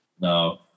No